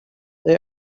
they